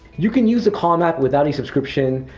you can use the calm app without a subscription,